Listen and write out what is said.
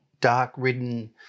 dark-ridden